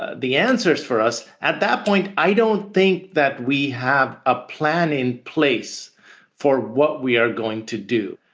ah the answers for us at that point. i don't think that we have a plan in place for what we are going to do.